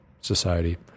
Society